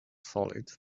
solid